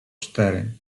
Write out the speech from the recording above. cztery